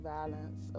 Violence